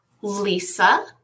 Lisa